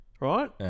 Right